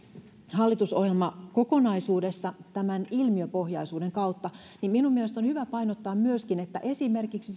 hallitusohjelmakokonaisuudessa ilmiöpohjaisuuden kautta niin minun mielestäni on hyvä painottaa myöskin että esimerkiksi